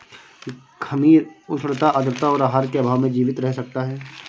खमीर उष्णता आद्रता और आहार के अभाव में जीवित रह सकता है